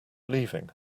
leaving